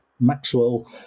Maxwell